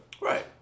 Right